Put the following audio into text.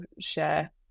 share